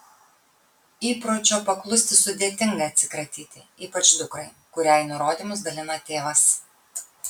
įpročio paklusti sudėtinga atsikratyti ypač dukrai kuriai nurodymus dalina tėvas